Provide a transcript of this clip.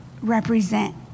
represent